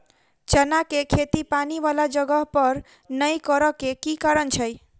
चना केँ खेती पानि वला जगह पर नै करऽ केँ के कारण छै?